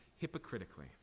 hypocritically